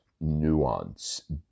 nuance